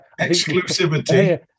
Exclusivity